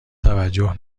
توجه